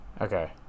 Okay